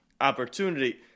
opportunity